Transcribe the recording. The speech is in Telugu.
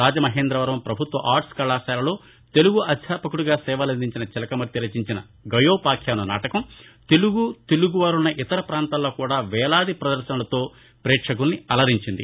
రాజమహేంద్రవరం పభుత్వ ఆర్ట్కళాశాలలో తెలుగు అధ్యాపకుడిగా సేవలందించిన చిలకమర్తి రచించిన గయోపాఖ్యానం నాటకం తెలుగు తెలుగువారున్న ఇతర ప్రాంతాల్లో వేలాది ప్రదర్భనలతో పేక్షకులని అలరించింది